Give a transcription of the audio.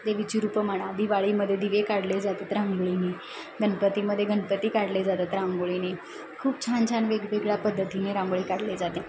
देवीची रूपं म्हणा दिवाळीमध्ये दिवे काढले जातात रांगोळीने गणपतीमध्ये गणपती काढले जातात रांगोळीने खूप छान छान वेगवेगळ्या पद्धतीने रांगोळी काढले जाते